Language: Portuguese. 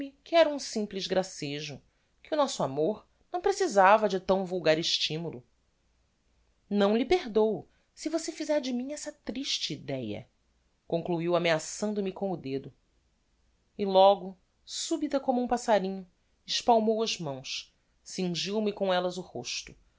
era um simples gracejo que o nosso amor não precisava de tão vulgar estimulo não lhe perdôo se você fizer de mim essa triste idéa concluiu ameaçando me com o dedo e logo subita como um passarinho espalmou as mãos cingiu me com ellas o rosto